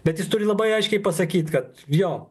bet jis turi labai aiškiai pasakyt kad jo